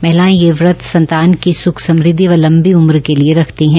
महिलायें ये व्रत संतान की सुख समृद्धि व लंबी उम्र के लिए रखती है